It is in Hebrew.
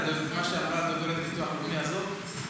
את מה שאמרה הדוברת של ביטוח לאומי עזוב.